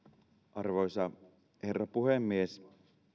arvoisa herra puhemies